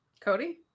cody